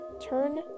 turn